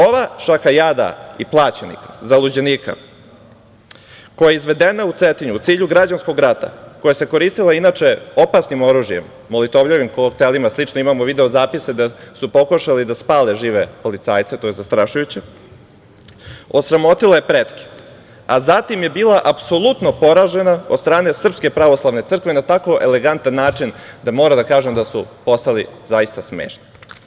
Ova šaka jada i plaćenika, zaluđenika koja je izvedena u Cetinju u cilju građanskog rata, koja se koristila inače, opasnim oružjem, molotovljevim koktelima, slične imamo video zapise da su pokušali da spale žive policajce, to je zastrašujuće, osramotila je pretke, a zatim je bila apsolutno poražena od strane Srpske pravoslavne crkve na tako elegantan način, da moram da kažem da su postali zaista smešni.